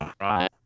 right